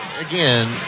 again